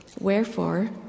Wherefore